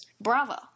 Bravo